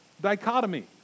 dichotomy